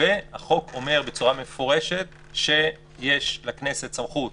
והחוק אומר בצורה מפורשת שיש לכנסת סמכות